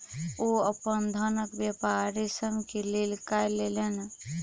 ओ अपन धानक व्यापार रेशम के लेल कय लेलैन